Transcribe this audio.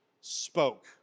spoke